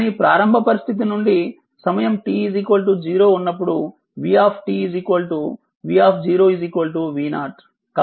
కానీ ప్రారంభ పరిస్థితి నుండి సమయం t 0 ఉన్నప్పుడు v v V0